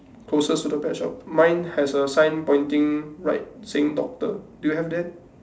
closest to the pet shop mine has a sign pointing right saying doctor do you have that